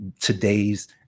today's